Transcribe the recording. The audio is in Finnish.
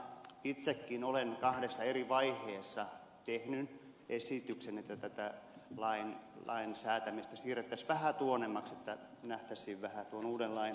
itsekin olen kahdessa eri vaiheessa tehnyt esityksen että tätä lain säätämistä siirrettäisiin vähän tuonnemmaksi että nähtäisiin vähän tuon uuden lain kokemuksia